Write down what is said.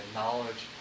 knowledge